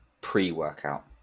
pre-workout